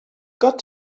got